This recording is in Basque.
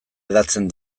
hedatzen